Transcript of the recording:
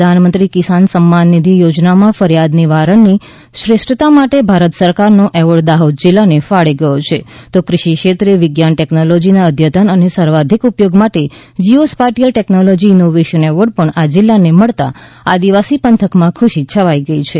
પ્રધાનમંત્રી કિસાન સન્માન નિધિ યોજનામાં ફરિયાદ નિવારણની શ્રેષ્ઠતા માટે ભારત સરકારનો એવોર્ડ દાહોદ જિલ્લાને ફાળે ગયો છે તો ફ્રષિ ક્ષેત્રે વિજ્ઞાન ટેકનોલોજીના અદ્યતન અને સર્વાધિક ઉપયોગ માટે geo spatial technology innovation award પણ આ જિલ્લાને મળતા આ દિવાસી પંથકમાં ખુશી છવાઈ ગઈ છે